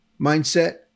mindset